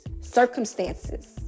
circumstances